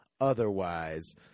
otherwise